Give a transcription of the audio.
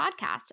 podcast